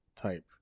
type